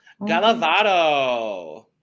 Galavado